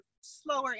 slower